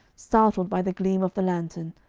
startled by the gleam of the lantern,